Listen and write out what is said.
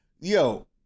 Yo